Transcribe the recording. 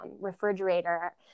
refrigerator